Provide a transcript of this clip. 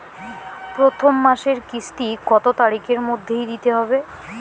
প্রথম মাসের কিস্তি কত তারিখের মধ্যেই দিতে হবে?